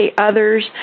others